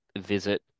visit